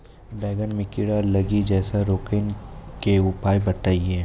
बैंगन मे कीड़ा लागि जैसे रोकने के उपाय बताइए?